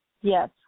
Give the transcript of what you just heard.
yes